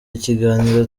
ikiganiro